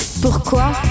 Pourquoi